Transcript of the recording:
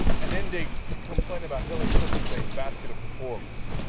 and then they complain about hillary clinton saying basket of deplorable.